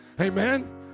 Amen